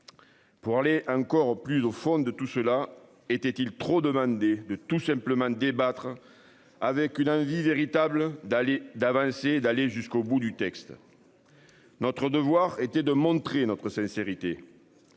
Pour aller encore plus au fond de tout cela était-il trop demander de tout simplement débattre avec une envie véritable d'aller d'avancer, d'aller jusqu'au bout du texte. Notre devoir était de montrer notre sincérité.